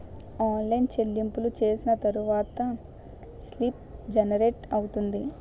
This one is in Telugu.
ఆన్లైన్ చెల్లింపులు చేసిన తర్వాత స్లిప్ జనరేట్ అవుతుంది